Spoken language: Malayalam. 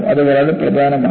അത് വളരെ പ്രധാനമാണ്